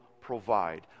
provide